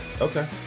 Okay